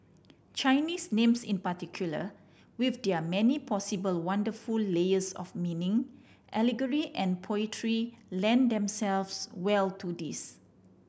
Chinese names in particular with their many possible wonderful layers of meaning allegory and poetry lend themselves well to this